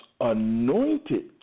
anointed